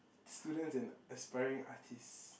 students and aspiring artists